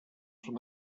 from